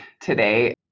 today